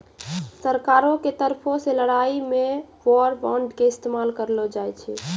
सरकारो के तरफो से लड़ाई मे वार बांड के इस्तेमाल करलो जाय छै